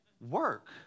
Work